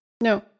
No